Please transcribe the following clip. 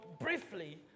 briefly